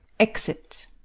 EXIT